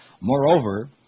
Moreover